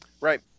right